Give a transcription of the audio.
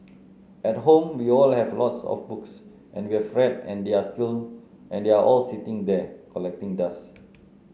at home we all have a lots of books and we have read and they are still and they are all sitting there collecting dust